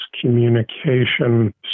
communication